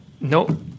no